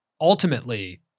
ultimately –